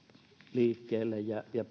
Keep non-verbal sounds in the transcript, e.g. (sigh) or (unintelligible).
liikkeelle ja ja (unintelligible)